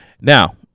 Now